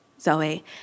Zoe